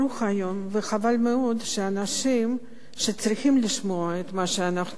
וחבל מאוד שהאנשים שצריכים לשמוע את מה שאנחנו אומרים כאן,